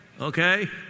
Okay